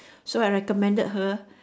so I recommended her